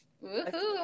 Woo-hoo